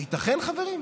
הייתכן, חברים?